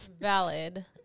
Valid